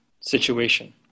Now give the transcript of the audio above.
situation